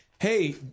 Hey